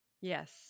Yes